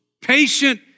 patient